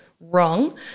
wrong